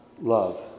love